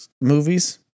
movies